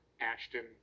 Ashton